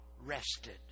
rested